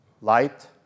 light